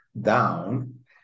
down